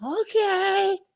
Okay